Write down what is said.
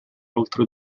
oltre